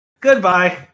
Goodbye